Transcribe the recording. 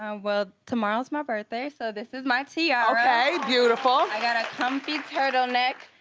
and well, tomorrow's my birthday so this is my tiara. okay, beautiful. i got a comfy turtleneck.